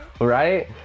Right